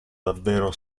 davvero